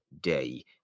day